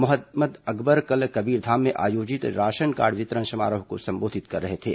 मोहम्मद अकबर कल कबीरधाम में आयोजित राशन कार्ड वितरण समारोह को संबोधित कर रहे थे